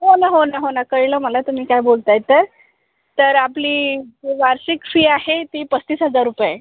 हो ना हो ना हो ना कळलं मला तुम्ही काय बोलत आहे तर तर आपली वार्षिक फी आहे ती पस्तीस हजार रुपये